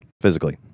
physically